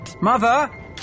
Mother